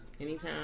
Anytime